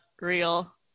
real